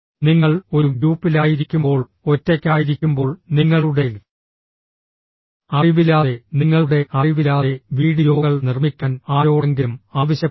നിങ്ങൾ ഒരു ഗ്രൂപ്പിലായിരിക്കുമ്പോൾ ഒറ്റയ്ക്കായിരിക്കുമ്പോൾ നിങ്ങളുടെ അറിവില്ലാതെ നിങ്ങളുടെ അറിവില്ലാതെ വീഡിയോകൾ നിർമ്മിക്കാൻ ആരോടെങ്കിലും ആവശ്യപ്പെടുക